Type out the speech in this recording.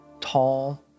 tall